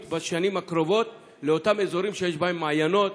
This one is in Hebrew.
בשנים הקרובות לאותם אזורים שיש בהם מעיינות,